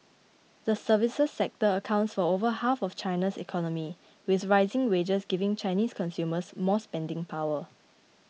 the services sector accounts for over half of China's economy with rising wages giving Chinese consumers more spending power